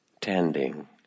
tending